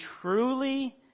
truly